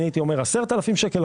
אני הייתי אומר 10,000 שקלים.